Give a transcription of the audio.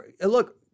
look